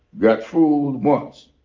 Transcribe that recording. got fooled once.